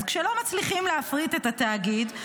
כשלא מצליחים להפריט את התאגיד,